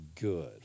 good